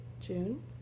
June